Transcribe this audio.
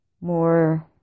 more